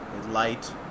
light